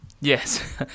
Yes